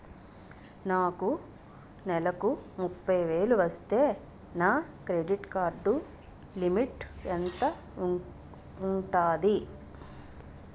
నాకు నెలకు ముప్పై వేలు వస్తే నా క్రెడిట్ కార్డ్ లిమిట్ ఎంత ఉంటాది?